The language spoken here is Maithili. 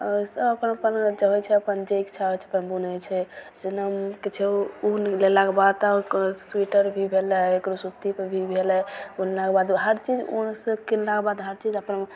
अइसँ अपन अपन जे होइ छै जे इच्छा होइ छै अपन बुनय छै जेना किछो ऊन लेलाके बाद तऽ कोनो स्वेटर भी भेलय कोनो सुतीपर भी भेलय बनलाके बाद हर चीज ऊनसँ किनलाके बाद हर चीज अपन